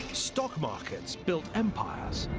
stock markets built empires.